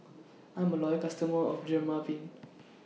I'm A Loyal customer of Dermaveen